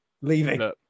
leaving